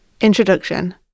Introduction